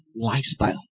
lifestyle